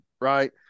right